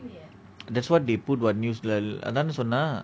that's what they put what news அதனை சொன்னான்:athana sonan